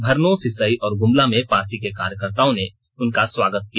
भरनो सिसई और गुमला में पार्टी के कार्यकर्ताओं ने उनका स्वागत किया